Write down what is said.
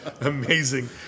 amazing